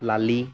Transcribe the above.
লালি